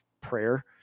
prayer